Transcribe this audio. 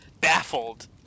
baffled